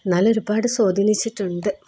എന്നാലും ഒരുപാട് സ്വാധീനിച്ചിട്ടുണ്ട്